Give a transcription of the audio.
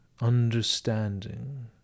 understanding